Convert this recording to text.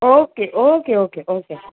okay okay okay okay okay